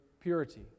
purity